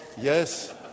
Yes